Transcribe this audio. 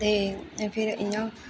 ते फिर इ'यां